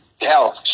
Hell